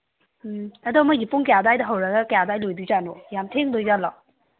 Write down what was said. ꯎꯝ ꯑꯗꯣ ꯃꯈꯣꯏꯒꯤꯁꯦ ꯄꯨꯡ ꯀꯌꯥ ꯑꯗ꯭ꯋꯥꯏꯗꯒꯤ ꯍꯧꯔꯒ ꯀꯌꯥ ꯑꯗ꯭ꯋꯥꯏꯗ ꯂꯣꯏꯒꯗꯣꯏꯖꯥꯠꯅꯣ ꯌꯥꯝ ꯊꯦꯡꯒꯗꯣꯏꯖꯥꯠꯂꯣ